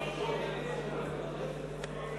הצעת סיעות רע"ם-תע"ל-מד"ע חד"ש בל"ד